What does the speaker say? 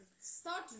start